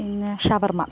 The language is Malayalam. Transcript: പിന്നേ ഷവർമ്മ